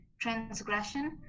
*Transgression*